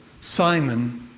Simon